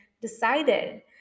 decided